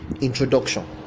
Introduction